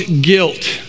guilt